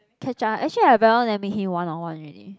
catch up actually I very long never meet him one on one already